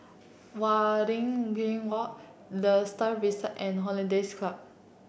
Waringin Walk The Star Vista and Hollandse Club